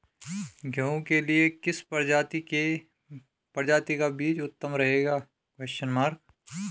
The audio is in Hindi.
गेहूँ के लिए किस प्रजाति का बीज उत्तम रहेगा?